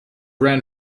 ran